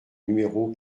numéro